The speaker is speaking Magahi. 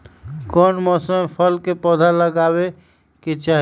कौन मौसम में फल के पौधा लगाबे के चाहि?